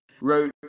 wrote